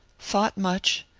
thought much,